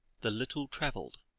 the little travelled